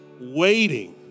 waiting